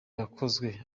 yakozwe